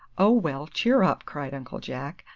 oh, well, cheer up! cried uncle jack.